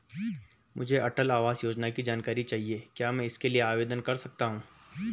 मुझे अटल आवास योजना की जानकारी चाहिए क्या मैं इसके लिए आवेदन कर सकती हूँ?